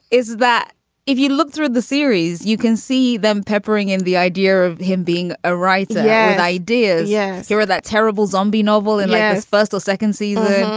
is that if you look through the series, you can see them peppering in the idea of him being a writer yeah and ideas. yeah, there were that terrible zombie novel in last first or second season.